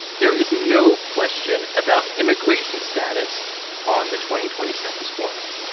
there is no question about immigration status on the twenty twenty census forms.